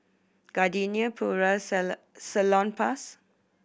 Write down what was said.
Gardenia Puras and Salonpas